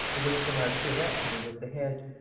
of which the marquis of exeter was the head.